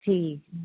ਠੀਕ ਹੈ